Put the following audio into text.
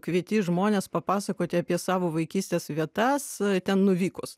kvieti žmones papasakoti apie savo vaikystės vietas ten nuvykus